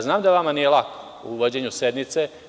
Znam da vama nije lako u vođenju sednice.